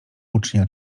ucznia